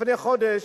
לפני חודש.